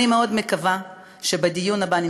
אני מאוד מקווה שבדיון הבא,